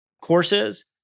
courses